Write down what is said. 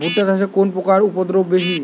ভুট্টা চাষে কোন পোকার উপদ্রব বেশি?